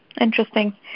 Interesting